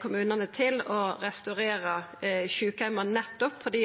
kommunane til å restaurera sjukeheimane nettopp fordi